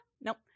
Nope